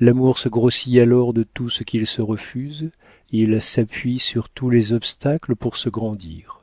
l'amour se grossit alors de tout ce qu'il se refuse il s'appuie sur tous les obstacles pour se grandir